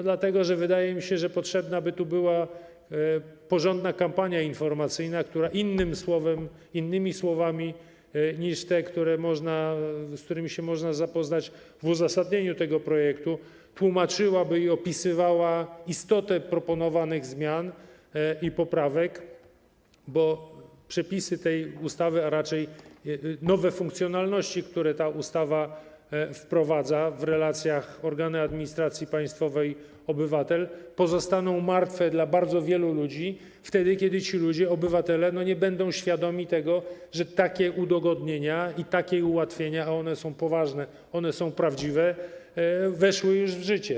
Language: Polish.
Dlatego że, jak mi się wydaje, potrzebna by tu była porządna kampania informacyjna, w ramach której innymi słowami niż te, z którymi się można zapoznać w uzasadnieniu tego projektu, tłumaczono i opisywano by istotę proponowanych zmian i poprawek, bo przepisy tej ustawy, a raczej nowe funkcjonalności, które się nią wprowadza w relacjach organ administracji państwowej - obywatel, pozostaną martwe dla bardzo wielu ludzi, jeśli ci ludzie, obywatele nie będą świadomi tego, że takie udogodnienia i takie ułatwienia, a one są poważne, są prawdziwe, już weszły w życie.